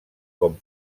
com